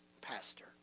pastor